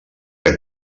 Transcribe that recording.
que